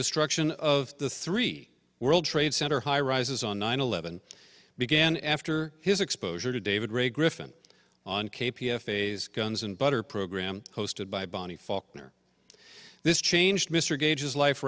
destruction of the three world trade center high rises on nine eleven began after his exposure to david ray griffin on k p f a's guns and butter program hosted by bonnie faulkner this changed mr gage his life